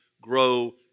grow